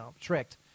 tricked